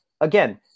again